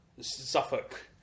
Suffolk